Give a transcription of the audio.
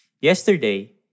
Yesterday